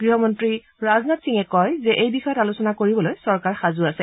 গৃহমন্ত্ৰী ৰাজনাথ সিঙে কয় যে এই বিষয়ত আলোচনা কৰিবলৈ চৰকাৰ সাজু আছে